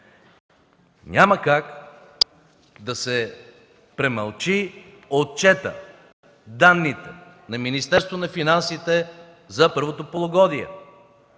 няма как да се премълчи отчетът, данните на Министерството на финансите за първото полугодие,